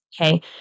okay